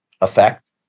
effect